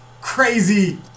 crazy